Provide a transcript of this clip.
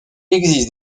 existe